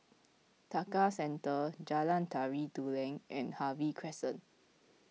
Tekka Centre Jalan Tari Dulang and Harvey Crescent